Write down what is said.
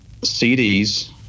CDs